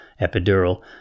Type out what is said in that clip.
epidural